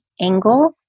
angle